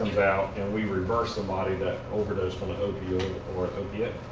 out and we reverse somebody that overdosed on an opioid or an opiate,